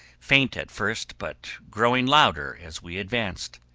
faint at first, but growing louder as we advanced,